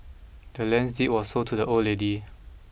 the land's deed was sold to the old lady